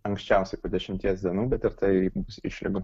anksčiausiai po dešimties dienų bet ir tai bus išlygų